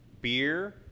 beer